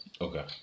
okay